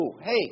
Hey